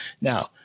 Now